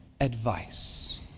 advice